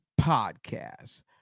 Podcast